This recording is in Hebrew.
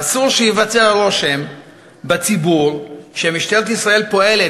אסור שייווצר רושם בציבור שמשטרת ישראל פועלת,